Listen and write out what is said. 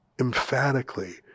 emphatically